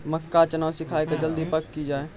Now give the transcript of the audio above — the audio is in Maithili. मक्का चना सिखाइए कि जल्दी पक की जय?